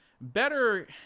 better